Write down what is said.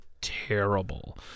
Terrible